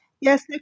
Yes